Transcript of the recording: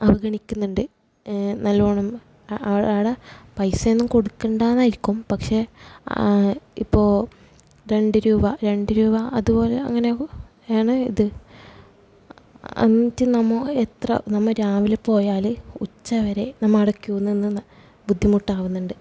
അവഗണിക്കുന്നുണ്ട് നല്ലവണ്ണം അവിടവിടെ പൈസയൊന്നും കൊടുക്കേണ്ടയെന്നായിരിക്കും പക്ഷെ ഇപ്പോൾ രണ്ട് രൂപ രണ്ട് രൂപ അതു പോലെ അങ്ങനെയാകും വേണേ ഇത് എന്നിട്ട് നമ്മൾ എത്ര നമ്മൾ രാവിലെ പോയാൽ ഉച്ചവരെ നമ്മുടെ ക്യൂ നിന്നു നിന്ന് ബുദ്ധിമുട്ടാകുന്നുണ്ട്